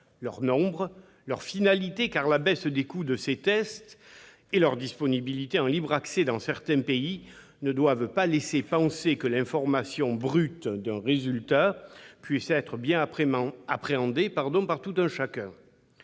leur nombre et leur finalité, car la baisse de leur coût et leur disponibilité en libre accès dans certains pays ne doivent pas laisser penser que l'information brute d'un résultat puisse être bien appréhendée par tout un chacun.